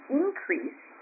increase